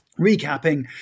recapping